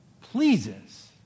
pleases